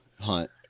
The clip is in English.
hunt